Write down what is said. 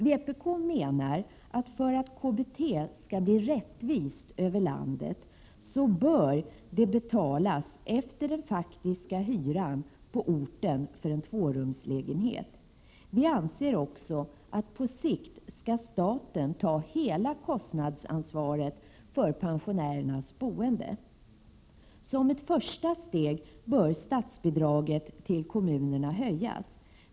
Vpk menar att för att KBT skall bli rättvist över landet bör det betalas efter den faktiska hyran på orten för en tvårumslägenhet. Vi anser också att staten på sikt skall ta hela kostnadsansvaret för pensionärernas boende. Som ett första steg bör statsbidraget till kommunerna höjas.